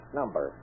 number